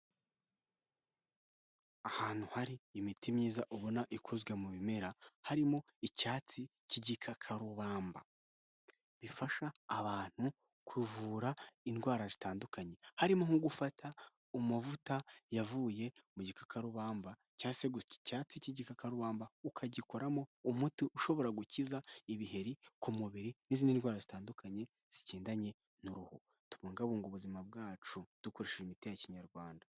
Ahantu hari imiti myiza ubona ikozwe mu bimera, harimo icyatsi cy'igikakarubamba, bifasha abantu kuvura indwara zitandukanye. Harimo nko gufata amavuta yavuye mu gikakarubamba cyangwa se gusya icyatsi cy'igikakabamba ukagikoramo umuti ushobora gukiza ibiheri ku mubiri n'izindi ndwara zitandukanye zigendanye n'uruhu. Tubungabunge ubuzima bwacu dukoresheje imiti ya kinyarwanda.